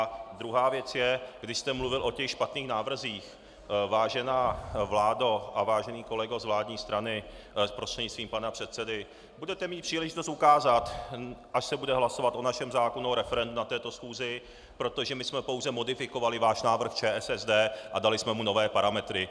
A druhá věc je, když jste mluvil o těch špatných návrzích, vážená vládo a vážený kolego z vládní strany prostřednictvím pana předsedy, budete mít příležitost ukázat, až se bude hlasovat o našem zákonu o referendu na této schůzi, protože my jsme pouze modifikovali váš návrh ČSSD a dali jsme mu nové parametry.